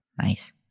Nice